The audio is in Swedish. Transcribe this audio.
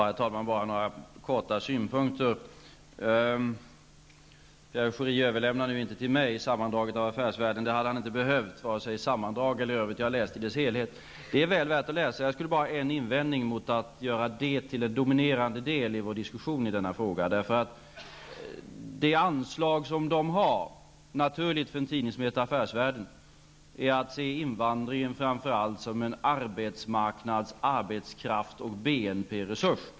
Herr talman! Jag har några korta synpunkter. Pierre Schori överlämnar nu inte till mig sammandraget av Affärsvärlden. Det hade han inte heller behövt göra -- inte vare sig sammandrag eller i övrigt. Jag har läst det i dess helhet. Det är väl värt att läsa. Jag har bara en invändning mot att göra det sammandraget till en dominerande del i vår diskussion. Det är naturligt för en tidning som heter Affärsvärlden att se invandringen som framför allt en arbetsmarknads-, arbetskrafts och BNP-resurs.